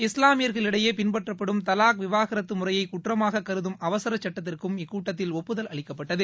இஸ்லாமியர்களிடையே பின்பற்றப்படும் தலாக் விவாகரத்து முறையை குற்றமாக கருதும் அவசர சட்டத்திற்கும் இக்கூட்டத்தில் ஒப்புதல் அளிக்கப்பட்டது